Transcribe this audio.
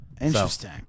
Interesting